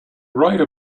write